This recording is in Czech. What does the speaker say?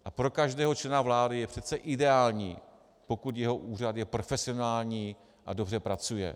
A pro každého člena vlády je přece ideální, pokud jeho úřad je profesionální a dobře pracuje.